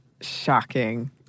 shocking